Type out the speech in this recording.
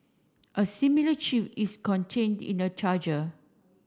a similar chip is contained in the charger